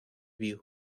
view